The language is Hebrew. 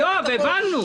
יואב, הבנו.